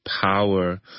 power